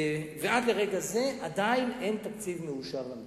ועד לרגע זה עדיין אין תקציב מאושר למדינה.